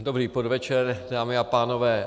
Dobrý podvečer, dámy a pánové.